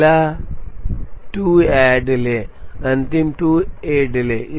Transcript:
पहला 2 ऐड लें अंतिम 2 ऐड लें